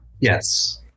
Yes